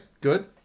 good